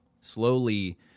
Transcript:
slowly